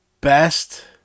best